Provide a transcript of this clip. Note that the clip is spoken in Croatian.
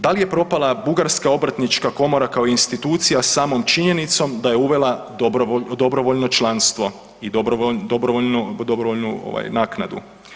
Da li propala bugarska obrtnička komora kao institucija samom činjenicom da je uvela dobrovoljno članstvo i dobrovoljnu ovaj naknadu?